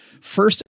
First